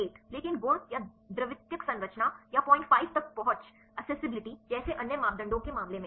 08 लेकिन गुण या द्वितीयक संरचना या 05 तक पहुंच जैसे अन्य मापदंडों के मामले में